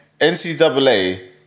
NCAA